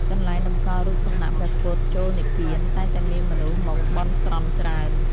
កន្លែងតម្កល់រូបសំណាកព្រះពុទ្ធចូលនិព្វាន តែងតែមានមនុស្សមកបន់ស្រន់ច្រើន។